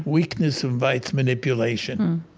weakness invites manipulation